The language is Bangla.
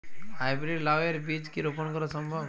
হাই ব্রীড লাও এর বীজ কি রোপন করা সম্ভব?